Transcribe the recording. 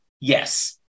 Yes